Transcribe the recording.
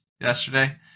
yesterday